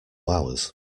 ours